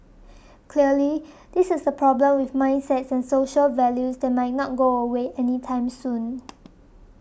clearly this is a problem with mindsets and social values that might not go away anytime soon